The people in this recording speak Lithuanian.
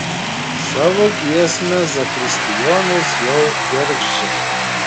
savo giesmę zakristijonas jau gergždžia